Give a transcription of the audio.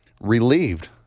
Relieved